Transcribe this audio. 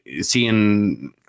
seeing